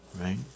Right